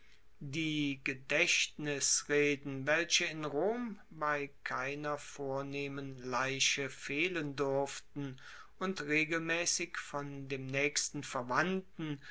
die gedaechtnisreden welche in rom bei keiner vornehmen leiche fehlen durften und regelmaessig von dem naechsten verwandten